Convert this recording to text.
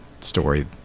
story